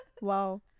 Wow